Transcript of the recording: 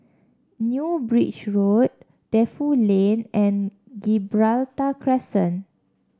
New Bridge Road Defu Lane and Gibraltar Crescent